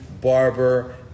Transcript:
Barber